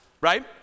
right